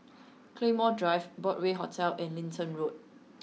Claymore Drive Broadway Hotel and Lentor Road